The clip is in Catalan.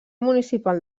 municipal